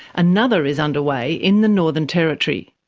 another is underway in the northern territory.